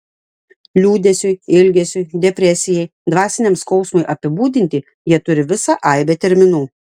liūdesiui ilgesiui depresijai dvasiniam skausmui apibūdinti jie turi visą aibę terminų